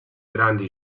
grandi